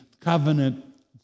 covenant